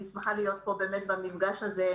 אני שמחה להיות במפגש הזה,